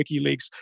WikiLeaks